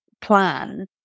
plan